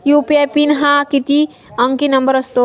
UPI PIN हा किती अंकी नंबर असतो?